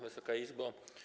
Wysoka Izbo!